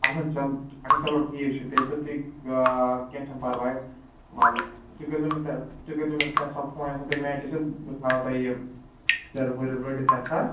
اَہَن حظ چلو اَچھا چلو ٹھیٖک چھُ تیٚلہِ تہٕ تُہۍ آ کیٚنٛہہ چھُنہٕ پَرواے وَلہٕ تُہۍ کٔرۍزیٚو مےٚ تُہۍ کٔرۍزیٚو مےٚ تَمہِ ساتہٕ فون ییٚمہِ ساتہٕ تُہۍ میچ آسٮ۪و بہٕ تھاوٕ یہِ ٹٔرِف رٔٹِتھ تَمہِ ساتہٕ